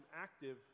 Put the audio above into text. active